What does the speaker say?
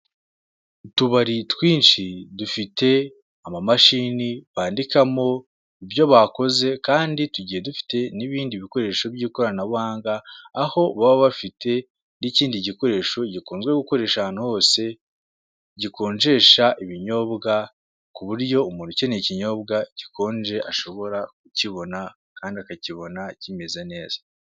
Utubari twinshi dufite amamashini bandikamo ibyo bakoze kandi tugiye dufite n'ibindi bikoresho by'ikoranabuhanga aho baba bafite n'ikindi gikoresho gikunzwe gukoresha ahantu hose gikonjesha ibinyobwa ku buryo umuntu ukeneye ikinyobwa gikonje ashobora kukibona kandi akakibona kimeze neza.